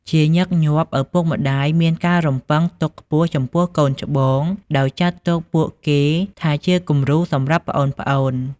ជាញឹកញាប់់ ឪពុកម្ដាយមានការរំពឹងទុកខ្ពស់ចំពោះកូនច្បង ដោយចាត់ទុកពួកគេថាជាគំរូសម្រាប់ប្អូនៗ។